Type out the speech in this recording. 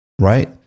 right